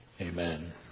Amen